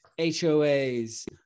HOAs